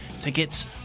Tickets